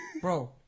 Bro